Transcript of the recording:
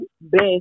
best